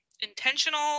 intentional